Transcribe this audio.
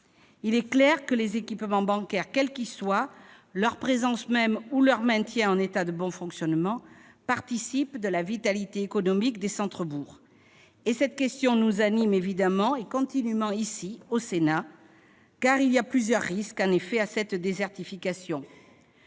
Il est clair que les équipements bancaires, quels qu'ils soient, leur présence même ou leur maintien en état de bon fonctionnement participent de la vitalité économique des centres-bourgs. Cette question nous anime évidemment et continûment ici au Sénat, car cette désertification